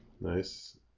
Nice